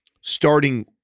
starting